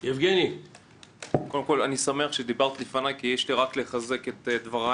אני שמח שדיברת לפניי כי יש לי רק לחזק את דברייך.